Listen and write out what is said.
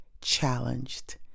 challenged